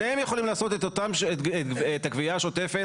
שניהם יכולים לעשות את הגבייה השוטפת.